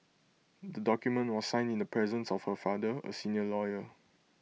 the document was signed in the presence of her father A senior lawyer